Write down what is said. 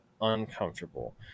uncomfortable